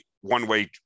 one-way